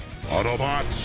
Autobots